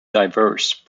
diverse